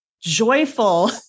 joyful